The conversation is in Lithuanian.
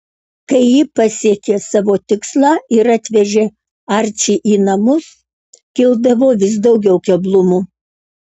kai ji pasiekė savo tikslą ir atvežė arčį į namus kildavo vis daugiau keblumų